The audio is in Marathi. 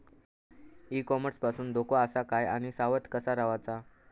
ई कॉमर्स पासून धोको आसा काय आणि सावध कसा रवाचा?